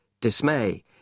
dismay